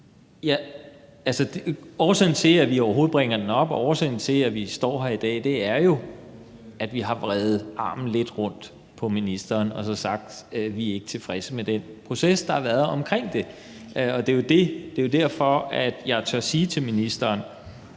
til. Altså, årsagen til, at vi overhovedet bringer den op, og årsagen til, at vi står her i dag, er jo, at vi har vredet armen lidt rundt på ministeren og så sagt, at vi ikke er tilfredse med den proces, der har været omkring det. Det er jo derfor, at jeg tør sige til ministeren,